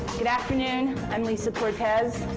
good afternoon. i'm lisa cortes.